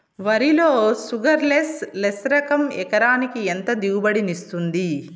వరి లో sugarless less రకం ఎకరాకి ఎంత దిగుబడినిస్తుంది